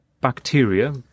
bacteria